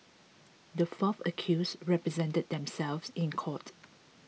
the four accused represented themselves in court